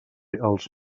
als